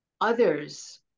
others